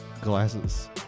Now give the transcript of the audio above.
glasses